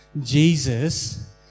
Jesus